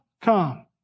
come